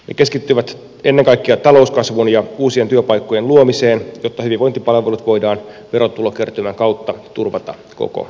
ne keskittyvät ennen kaikkea talouskasvuun ja uusien työpaikkojen luomiseen jotta hyvinvointipalvelut voidaan verotulokertymän kautta turvata koko suomessa